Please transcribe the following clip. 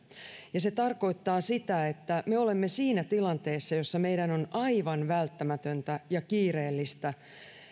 ja se tarkoittaa sitä että me olemme siinä tilanteessa jossa meidän on aivan välttämätöntä ja kiireellistä